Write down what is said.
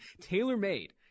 tailor-made